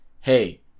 Hey